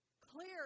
Clear